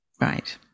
right